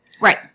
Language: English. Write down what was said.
Right